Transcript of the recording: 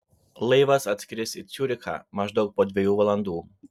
laivas atskris į ciurichą maždaug po dviejų valandų